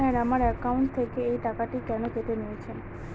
Sir আমার account থেকে এই টাকাটি কেন কেটে নিয়েছেন?